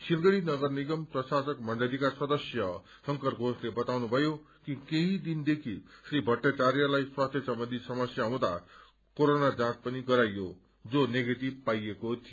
सिलगढ़ी नगरनिगम प्रशासक मण्डलीका सदस्य शंकर घोषले बताउनुभयो कि केही दिनदेखि श्री भट्टाचार्यलाई स्वास्थ्य सम्बन्धी समस्या हुँदा कोरोना जाँच पनि गराइयो जो नेगेटिभ पाइएको थियो